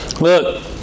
look